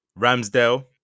Ramsdale